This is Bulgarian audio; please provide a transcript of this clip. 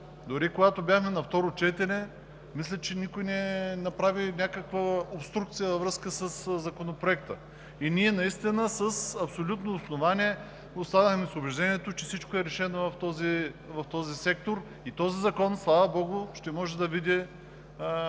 Дори когато бяхме на второ четене, мисля, че никой не направи някаква обструкция във връзка със Законопроекта. Ние наистина с абсолютно основание останахме с убеждението, че всичко е решено в този сектор и Законът, слава богу, ще може да види